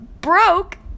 broke